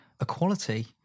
equality